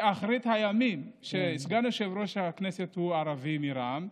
זה אחרית הימים שסגן יושב-ראש הכנסת הוא ערבי מרע"מ,